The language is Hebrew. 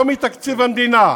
לא מתקציב המדינה,